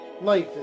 life